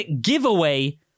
giveaway